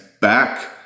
back